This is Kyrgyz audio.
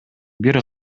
бир